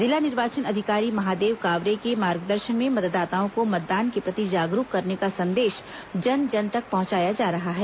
जिला निर्वाचन अधिकारी महादेव कावरे के मार्गदर्शन में मतदाताओं को मतदान के प्रति जागरूक करने का संदेश जन जन तक पहुंचाया जा रहा है